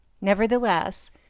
Nevertheless